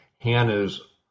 Hannah's